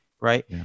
right